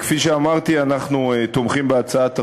כפי שאמרתי, אנחנו תומכים בהצעת החוק,